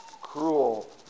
cruel